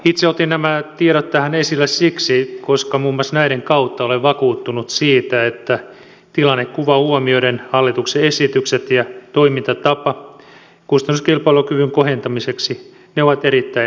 itse otin nämä tiedot tähän esille siksi koska muun muassa näiden kautta olen vakuuttunut siitä että tilannekuvan huomioiden hallituksen esitykset ja toimintatapa kustannuskilpailukyvyn kohentamiseksi ovat erittäin perusteltuja